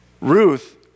Ruth